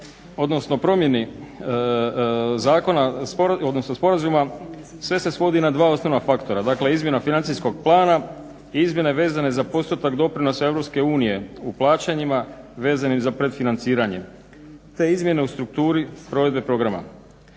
odnosno promjeni sporazuma sve se svodi na dva osnovna faktora, dakle izmjena financijskog plana i izmjene vezane za postotak doprinosa EU u plaćanjima vezanim za predfinanciranje, te izmjene u strukturi provedbe programa.